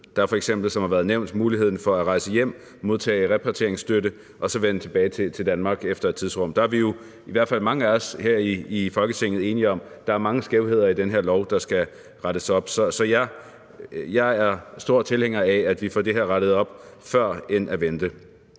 Der er f.eks., som det har været nævnt, muligheden for at rejse hjem, modtage repatrieringsstøtte og så vende tilbage til Danmark efter et tidsrum. Der er mange af os her i Folketinget jo i hvert fald enige om, at der er mange skævheder i den her lov, der skal rettes op på. Så jeg er stor tilhænger af, at vi får rettet op på det her